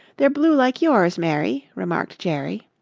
they're blue like your's, mary, remarked jerry.